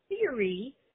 theory